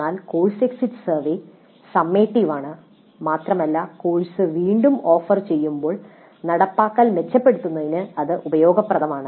എന്നാൽ course exit survey summative ആണ് മാത്രമല്ല കോഴ്സ് വീണ്ടും ഓഫർ ചെയ്യുമ്പോൾ നടപ്പാക്കൽ മെച്ചപ്പെടുത്തുന്നതിന് ഇത് ഉപയോഗപ്രദമാണ്